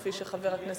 כפי שחברי הכנסת,